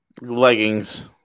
Leggings